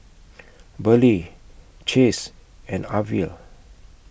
Burley Chace and Arvil